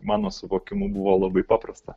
mano suvokimu buvo labai paprasta